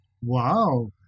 Wow